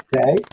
Okay